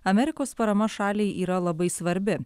amerikos parama šaliai yra labai svarbi